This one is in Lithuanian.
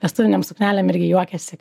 vestuvinėm suknelėm irgi juokėsi